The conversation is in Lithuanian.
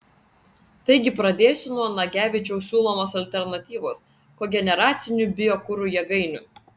taigi pradėsiu nuo nagevičiaus siūlomos alternatyvos kogeneracinių biokuro jėgainių